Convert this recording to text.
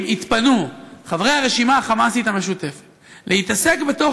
אם יתפנו חברי הרשימה החמאסית המשותפת להתעסק בתוך